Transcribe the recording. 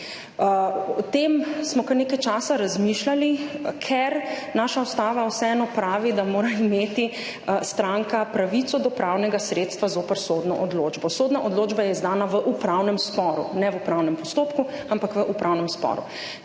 O tem smo kar nekaj časa razmišljali, ker naša ustava vseeno pravi, da mora imeti stranka pravico do pravnega sredstva zoper sodno odločbo. Sodna odločba je izdana v upravnem sporu, ne v upravnem postopku, ampak v upravnem sporu.